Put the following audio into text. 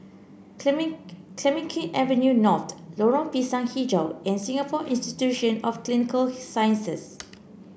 Clemenceau Avenue North Lorong Pisang hijau and Singapore Institution of Clinical Sciences